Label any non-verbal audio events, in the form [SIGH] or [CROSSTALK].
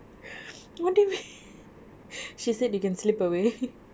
what do you mean [LAUGHS] she said you can slip away